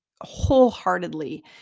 wholeheartedly